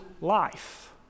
life